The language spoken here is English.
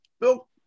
Bill